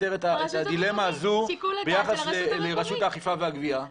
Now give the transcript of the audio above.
שיקול הדעת הוא של הרשות המקומית.